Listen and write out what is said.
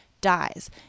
dies